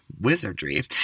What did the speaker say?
wizardry